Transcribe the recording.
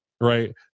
Right